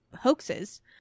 hoaxes